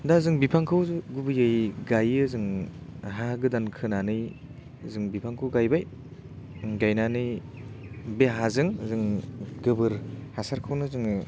दा जों बिफांखौ गुबैयै गायो जों हा गोदान खोनानै जों बिफांखौ गायबाय गायनानै बे हाजों जों गोबोर हासारखौनो जोङो